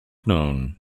known